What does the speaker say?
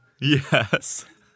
Yes